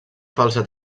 falsa